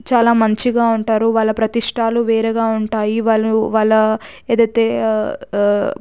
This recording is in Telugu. చాలా మంచిగా ఉంటారు వాళ్ళ ప్రతీ ఇష్టాలు వేరేగా ఉంటాయి వాళ్ళు వాళ్ళ ఏదైతే